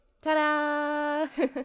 Ta-da